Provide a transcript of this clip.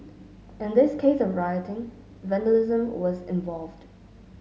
in this case of rioting vandalism was involved